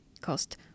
cost